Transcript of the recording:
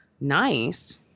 Nice